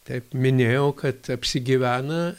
taip minėjau kad apsigyvena